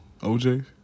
OJ